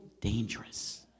dangerous